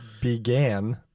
began